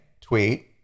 tweet